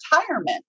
retirement